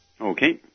Okay